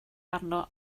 arno